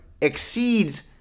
exceeds